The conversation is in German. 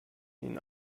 ihn